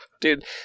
Dude